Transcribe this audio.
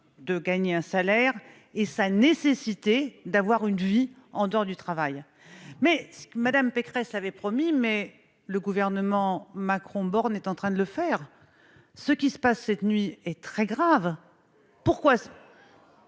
de gagner un salaire et sa nécessité d'avoir une vie en dehors du travail. Mme Pécresse l'avait promis ; le gouvernement Macron-Borne est en train de le faire ! Ce qui se passe cette nuit est très grave. Vous